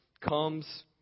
comes